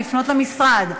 לפנות למשרד,